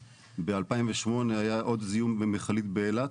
ב-2008 היה עוד זיהום במכלית באילת,